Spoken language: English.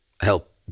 help